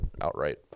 outright